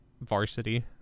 varsity